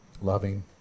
loving